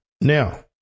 Now